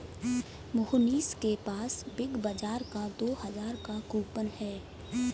मोहनीश के पास Big Bazaar का दो हजार का कूपन है